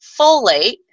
folate